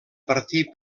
partir